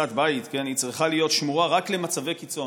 הריסת בית צריכה להיות שמורה רק למצבי קיצון.